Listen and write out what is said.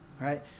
right